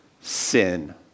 sin